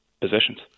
positions